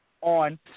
on